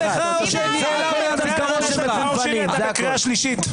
את אמורה לצאת,